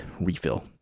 refill